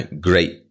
great